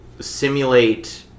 simulate